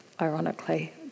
ironically